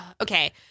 Okay